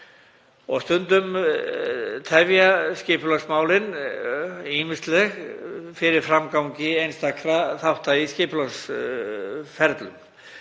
og stundum tefja skipulagsmálin fyrir framgangi einstakra þátta í skipulagsferlum.